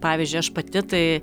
pavyzdžiui aš pati tai